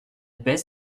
baise